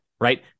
right